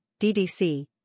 DDC